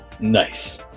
nice